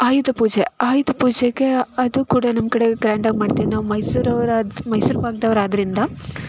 ಆಯುಧ ಪೂಜೆ ಆಯುಧ ಪೂಜೆಗೆ ಅದು ಕೂಡ ನಮ್ಮ ಕಡೆ ಗ್ರ್ಯಾಂಡ್ ಆಗಿ ಮಾಡ್ತೀವಿ ನಾವು ಮೈಸೂರು ಅವ್ರು ಆದ ಮೈಸೂರು ಭಾಗ್ದವ್ರು ಆದ್ದರಿಂದ